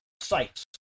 sites